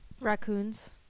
raccoons